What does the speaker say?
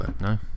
no